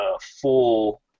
full